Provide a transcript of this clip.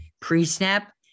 pre-snap